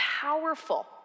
powerful